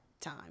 time